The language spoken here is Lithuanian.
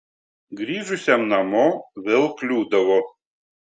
grįžusiam namo vėl kliūdavo